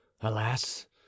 Alas